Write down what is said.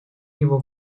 него